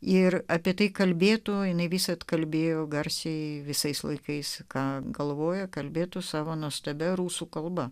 ir apie tai kalbėtų jinai visad kalbėjo garsiai visais laikais ką galvoja kalbėtų savo nuostabia rusų kalba